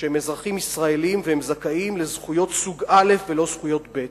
שהם אזרחים ישראלים והם זכאים לזכויות סוג א' ולא סוג ב'.